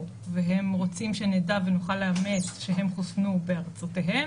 והם רוצים שנדע ונוכל לאמת שהם חוסנו בארצותיהם,